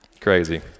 crazy